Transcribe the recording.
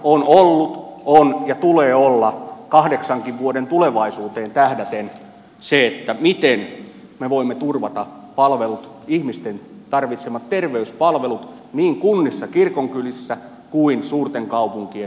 ykkösasia on ollut on ja sen tulee olla kahdeksankin vuoden päähän tulevaisuuteen tähdäten se miten me voimme turvata ihmisten tarvitsemat terveyspalvelut niin kunnissa kirkonkylissä kuin suurten kaupunkien kaupunginosissa